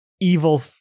evil